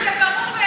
וזה ברור,